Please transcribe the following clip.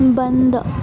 बंद